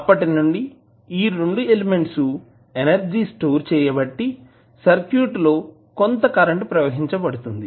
అప్పటినుండి ఈ రెండు ఎలిమెంట్స్ ఎనర్జీ స్టోర్ చేయబట్టి సర్క్యూట్ లో కొంత కరెంటు ప్రవహించబడుతుంది